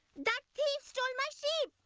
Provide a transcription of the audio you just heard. that thief stole my sheep!